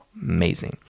amazing